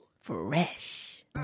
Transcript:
Fresh